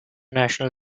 national